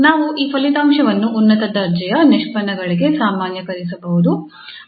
ನಾವು ಈ ಫಲಿತಾಂಶವನ್ನು ಉನ್ನತ ದರ್ಜೆಯ ನಿಷ್ಪನ್ನಗಳಿಗೆ ಸಾಮಾನ್ಯೀಕರಿಸಬಹುದು